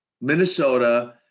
Minnesota